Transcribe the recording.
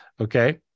Okay